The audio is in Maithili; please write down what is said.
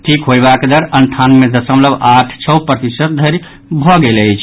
ठीक होयबाक दर अंठानवे दशमलव आठ छओ प्रतिशत धरि भऽ गेल अछि